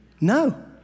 No